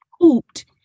pooped